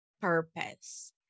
purpose